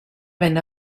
venne